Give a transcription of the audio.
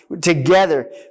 together